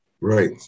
right